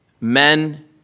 men